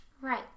Right